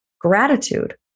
Gratitude